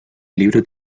libro